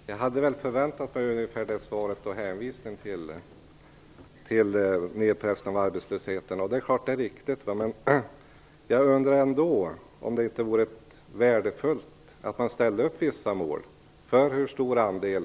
Herr talman! Jag hade väl förväntat mig ungefär det svaret och hänvisningen till nedpressningen av arbetslösheten. Det är klart att det är viktigt. Men jag undrar ändå om det inte vore värdefullt att man ställde upp vissa mål. Skall vi